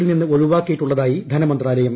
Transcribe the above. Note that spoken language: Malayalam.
യിൽ നിന്ന് ഒഴിവാക്കിയിട്ടുള്ളതായി ധനമന്ത്രാലയം